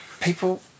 people